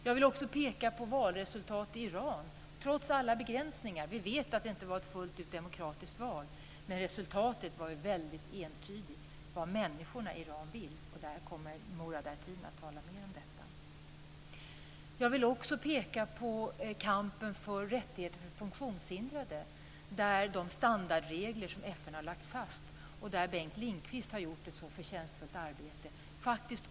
Jag vill också peka på valresultatet i Iran, trots alla begränsningar. Vi vet att det inte var ett fullt ut demokratiskt val, men resultatet var väldigt entydigt i fråga om vad människorna i Iran vill. Murad Artin kommer att tala mer om detta. Jag vill också peka på att kampen för rättigheter för funktionshindrade faktiskt har kommit långt. Det gäller de standardregler som FN har lagt fast och som Bengt Lindqvist så förtjänstfullt har arbetat med.